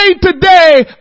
today